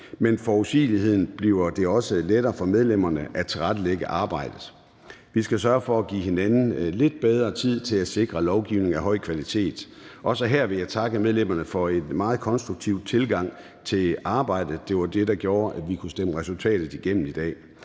med forudsigeligheden bliver det også lettere for medlemmerne at tilrettelægge arbejdet. Vi skal sørge for at give hinanden lidt bedre tid til at sikre lovgivning af høj kvalitet. Også her vil jeg takke medlemmerne for en meget konstruktiv tilgang til arbejdet. Det var det, der gjorde, at vi kunne stemme resultatet igennem i dag.